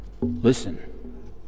Listen